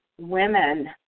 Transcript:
women